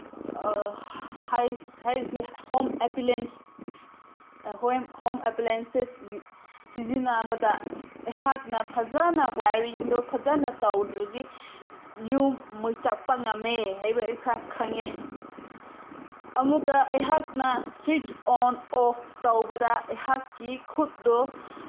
ꯍꯥꯏꯗꯤ ꯍꯣꯝ ꯑꯦꯄꯤꯂꯦꯟꯁ ꯍꯣꯝ ꯑꯦꯄꯤꯂꯦꯟꯁꯦꯁ ꯁꯤꯖꯤꯟꯅꯕꯗ ꯑꯩꯍꯥꯛꯅ ꯐꯖꯅ ꯋꯌꯥꯔꯤꯡꯗꯣ ꯐꯖꯅ ꯇꯧꯗ꯭ꯔꯗꯤ ꯌꯨꯝ ꯃꯩ ꯆꯥꯛꯄ ꯉꯝꯃꯦ ꯍꯥꯏꯕ ꯑꯩꯈꯣꯏ ꯈꯪꯉꯦ ꯑꯃꯨꯛꯀ ꯑꯩꯍꯥꯛꯅ ꯁ꯭ꯋꯤꯠꯁ ꯑꯣꯟ ꯑꯣꯐ ꯇꯧꯕꯗ ꯑꯩꯍꯥꯛꯀꯤ ꯈꯨꯠꯇꯣ